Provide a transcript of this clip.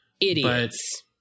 Idiots